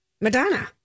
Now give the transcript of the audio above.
Madonna